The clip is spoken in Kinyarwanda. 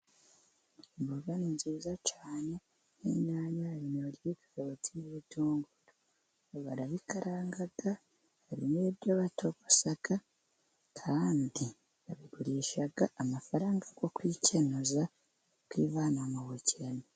Imboga ni nziza cyane, inyanya, intoryi, karoti, n'ibitunguru, barabikaranga hari n'ibyo batogosa ,kandi babigurisha amafaranga yo kwikenuza kwivana mu bukene.